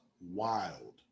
wild